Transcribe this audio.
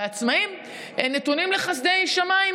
והעצמאים נתונים לחסדי שמיים,